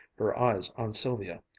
her eyes on sylvia.